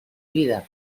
vida